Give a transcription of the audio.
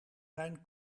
zijn